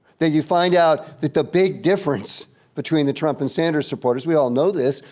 that you find out that the big difference between the trump and sanders supporters, we all know this,